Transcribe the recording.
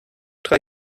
drei